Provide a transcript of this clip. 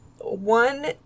one